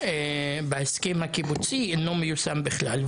בהסכם הקיבוצי אינו מיושם בכלל".